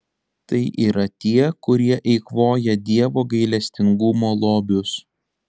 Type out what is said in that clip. tai yra tie kurie eikvoja dievo gailestingumo lobius